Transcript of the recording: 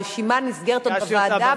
הרשימה נסגרת עוד בוועדה,